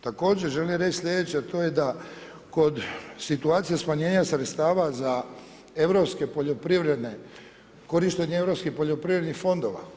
Također želim reći sljedeće, a to je da kod situacije smanjenja sredstava za europske poljoprivredne, korištenje europskih poljoprivrednih fondova.